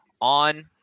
on